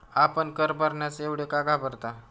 आपण कर भरण्यास एवढे का घाबरता?